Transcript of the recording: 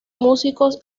músicos